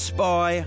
Spy